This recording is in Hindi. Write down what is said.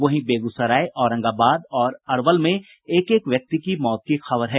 वहीं बेगूसराय औरंगाबाद और अरवल में एक एक व्यक्ति की मौत की खबर है